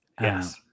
Yes